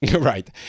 Right